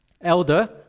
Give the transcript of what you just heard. Elder